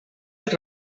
els